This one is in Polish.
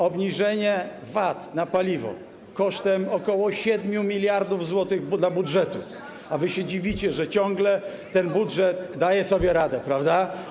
Obniżenie VAT na paliwo kosztem ok. 7 mld zł dla budżetu - a wy się dziwicie, że ciągle ten budżet daje sobie radę, prawda?